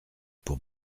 pour